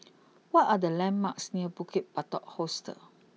what are the landmarks near Bukit Batok Hostel